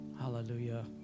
hallelujah